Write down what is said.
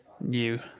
new